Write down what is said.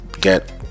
get